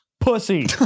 Pussy